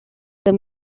the